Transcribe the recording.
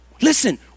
Listen